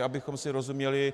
Abychom si rozuměli.